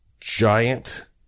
giant